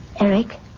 Eric